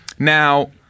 Now